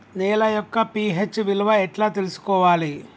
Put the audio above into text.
నేల యొక్క పి.హెచ్ విలువ ఎట్లా తెలుసుకోవాలి?